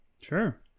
Sure